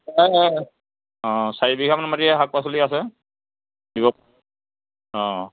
চাৰি বিঘামান মাটি শাক পাচলি আছে অ'